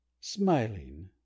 Smiling